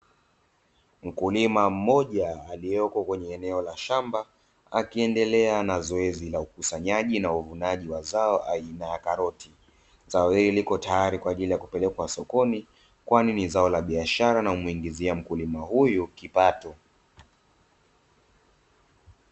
Mkulima mmoja aliyeko kwenye eneo la shamba, akiendelea na zoezi la ukusanyaji na uvunaji wa zao aina ya karoti. Zao hili liko tayari kwa ajili ya kupelekwa sokoni, kwani ni zao la biashara na humwingizia mkulima huyu kipato.